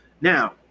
now